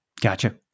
Gotcha